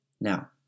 Now